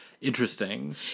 interesting